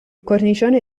cornicione